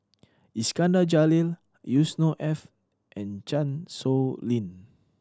Iskandar Jalil Yusnor Ef and Chan Sow Lin